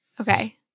Okay